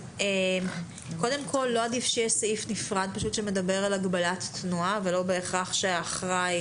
לא עדיף שיהיה סעיף נפרד שמדבר על הגבלת תנועה ולא בהכרח שהאחראי